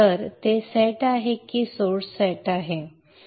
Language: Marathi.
तर ते सेट आहे की स्त्रोत सेट आहे